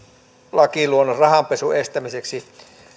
lakiluonnos rahanpesun estämiseksi